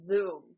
Zoom